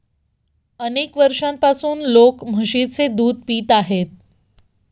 अनेक वर्षांपासून लोक म्हशीचे दूध पित आहेत